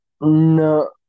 no